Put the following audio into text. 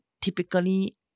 typically